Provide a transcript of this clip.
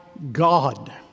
God